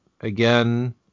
again